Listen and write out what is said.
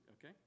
Okay